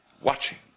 watching